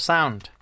Sound